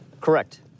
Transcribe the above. Correct